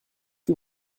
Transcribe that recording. que